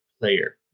player